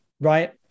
Right